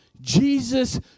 Jesus